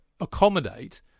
accommodate